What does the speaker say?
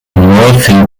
murphy